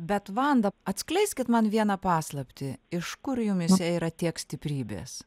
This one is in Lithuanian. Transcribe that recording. bet vanda atskleiskit man vieną paslaptį iš kur jumyse yra tiek stiprybės